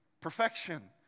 perfection